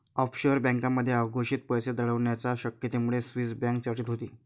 offshore बँकांमध्ये अघोषित पैसा दडवण्याच्या शक्यतेमुळे स्विस बँक चर्चेत होती